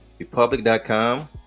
Republic.com